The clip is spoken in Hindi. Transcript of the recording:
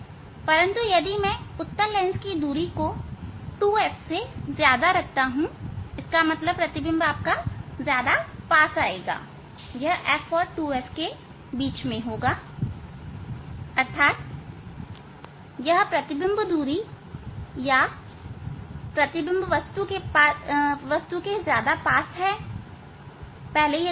परंतु यदि मैं उत्तल लेंस की दूरी को 2f से ज्यादा रखता हूं इसका मतलब प्रतिबिंब ज्यादा पास आएगा यह f और 2f के बीच में होगा अर्थात यह प्रतिबिंब दूरी या प्रतिबिंब वस्तु के ज्यादा पास है पहले यह दूर था